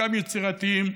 חלקם יצירתיים,